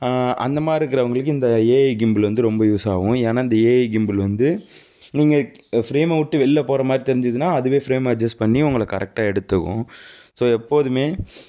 அந்தமாதிரி இருக்கிறவுங்களுக்கு இந்த ஏஐ கிம்பில் வந்து ரொம்ப யூஸ் ஆகும் ஏன்னா இந்த ஏஐ கிம்பில் வந்து நீங்கள் ஃபிரேமை விட்டு வெளில போகிற மாதிரி தெரிஞ்சதுன்னா அதுவே ஃபிரேமை அஜெஸ்ட் பண்ணி உங்களை கரெக்டாக எடுத்துக்கும் ஸோ எப்போதும்